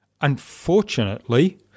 Unfortunately